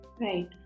Right